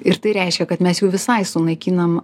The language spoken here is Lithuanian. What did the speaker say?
ir tai reiškia kad mes jau visai sunaikinam